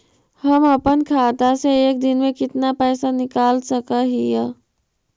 हम अपन खाता से एक दिन में कितना पैसा निकाल सक हिय?